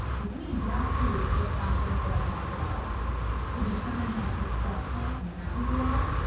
if we just use those factors that i talked about to determine how successful and happy we are,